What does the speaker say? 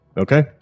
Okay